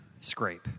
scrape